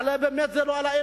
הרי באמת זה לא על-האמת.